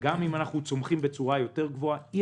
גם אם אנחנו צומחים בצורה יותר גבוהה אי